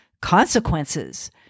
consequences